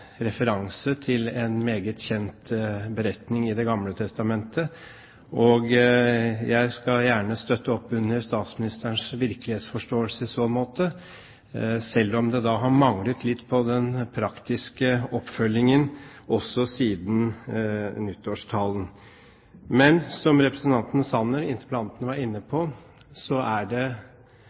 referanse til en meget kjent beretning i Det gamle testamente. Jeg skal gjerne støtte opp under statsministerens virkelighetsforståelse i så måte, selv om det har manglet litt på den praktiske oppfølgingen også siden nyttårstalen. Men, som representanten Sanner, interpellanten, var inne på, er det